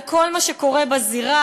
על כל מה שקורה בזירה.